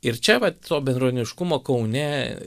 ir čia vat to bendruomeniškumo kaune